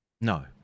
no